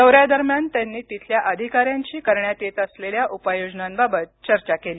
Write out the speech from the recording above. दौऱ्यादरम्यान त्यांनी तिथल्या अधिकाऱ्यांशी करण्यात येत असलेल्या उपाययोजनांबाबत चर्चा केली